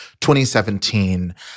2017